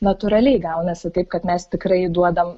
natūraliai gaunasi taip kad mes tikrai duodam